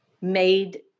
made